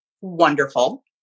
wonderful